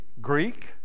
Greek